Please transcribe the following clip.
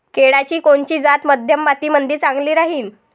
केळाची कोनची जात मध्यम मातीमंदी चांगली राहिन?